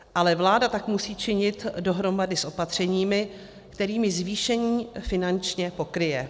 Ale vláda tak musí činit dohromady s opatřeními, kterými zvýšení finančně pokryje.